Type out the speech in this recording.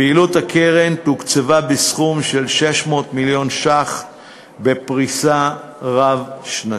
פעילות הקרן תוקצבה בסכום של 600 מיליון שקל בפריסה רב-שנתית.